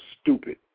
stupid